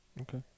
Okay